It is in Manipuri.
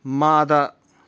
ꯃꯥꯗ